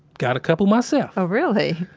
got a couple myself oh, really?